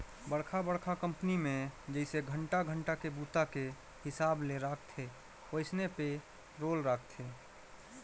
बड़खा बड़खा कंपनी मे जइसे घंटा घंटा के बूता के हिसाब ले राखथे वइसने पे रोल राखथे